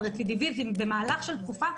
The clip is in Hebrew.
על רצידיביזם במהלך של תקופה,